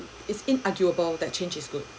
it's in arguable that change is good